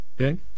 Okay